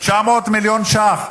900 מיליון ש"ח.